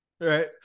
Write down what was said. Right